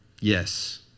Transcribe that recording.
Yes